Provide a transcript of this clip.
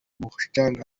mucanga